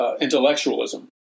intellectualism